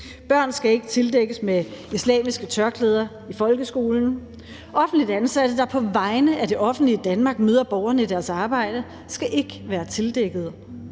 Børn skal ikke tildækkes med islamiske tørklæder i folkeskolen, offentligt ansatte, der på vegne af det offentlige Danmark møder borgerne i deres arbejde, skal ikke være tildækkede.